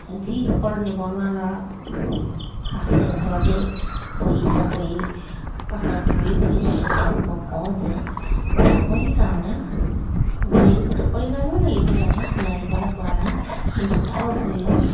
যিসকল নিবনুৱা ল'ৰাক আছে ঘৰতে বহি চাকৰি পাছত দৌৰি ফুৰিছে তেওঁলোকক কওঁ যে চাকৰি কাৰণে ঘূৰি চাকৰিৰ কাৰণেও লাগিব লাগে নালাগিবলৈ কোৱা নাই কিন্তু তাৰ উপৰিও